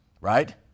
right